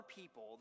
people